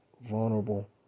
vulnerable